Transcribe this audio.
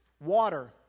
water